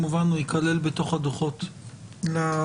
הוא ייכלל בתוך הדוחות לוועדה.